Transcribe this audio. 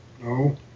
no